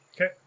Okay